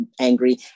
angry